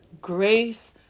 Grace